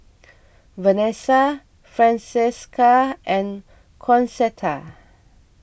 Venessa Francesca and Concetta